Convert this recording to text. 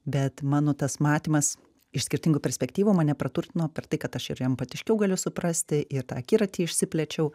bet mano tas matymas iš skirtingų perspektyvų mane praturtino per tai kad aš ir empatiškiau galiu suprasti ir tą akiratį išsiplėčiau